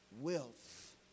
wealth